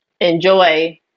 enjoy